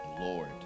Lord